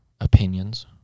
opinions